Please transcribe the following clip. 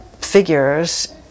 figures